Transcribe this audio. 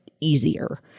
easier